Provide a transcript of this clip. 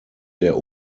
der